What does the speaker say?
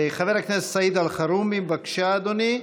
חבר הכנסת סעיד אלחרומי, בבקשה, אדוני,